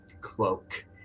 cloak